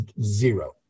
zero